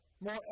more